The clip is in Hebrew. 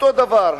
אותו דבר,